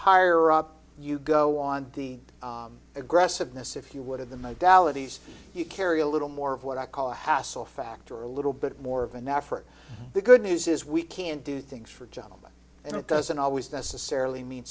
higher up you go on the aggressiveness if you would of the my dalla these you carry a little more of what i call a hassle factor a little bit more of an effort the good news is we can do things for gentleman and it doesn't always necessarily mean